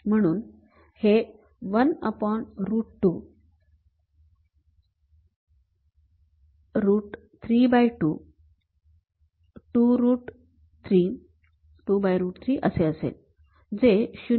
म्हणून हे १रूट २ 1 root 2 रूट ३२ root 32 २रूट ३ 2 root 3 असे असेल जे ०